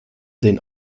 den